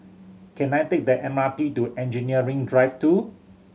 can I take the M R T to Engineering Drive Two